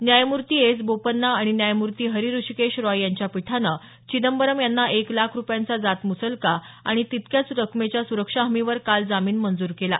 न्यायमूर्ती A S Bopanna आणि न्यायमूर्ती हरी हृषिकेश रॉय यांच्या पीठानं चिदंबरम यांना एक लाख रुपयांचा जातमुचलका आणि तितक्याच रकमेच्या सुरक्षा हमीवर काल जामीन मंजूर केला